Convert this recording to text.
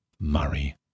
Murray